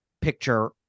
picture